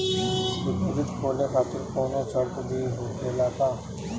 Deposit खोले खातिर कौनो शर्त भी होखेला का?